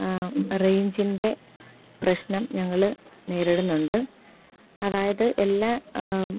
റേയ്ഞ്ചിൻ്റെ പ്രശ്നം ഞങ്ങൾ നേരിടുന്നുണ്ട് അതായത് എല്ലാ